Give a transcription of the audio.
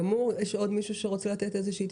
יש עוד מישהו שרוצה להתייחס?